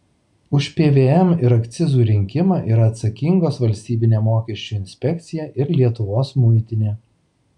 už pvm ir akcizų rinkimą yra atsakingos valstybinė mokesčių inspekcija ir lietuvos muitinė